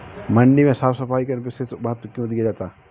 मंडी में साफ सफाई का विशेष महत्व क्यो दिया जाता है?